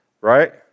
right